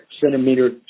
centimeter